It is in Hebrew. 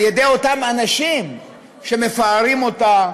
על ידי אותם אנשים שמפארים אותה,